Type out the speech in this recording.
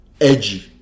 edgy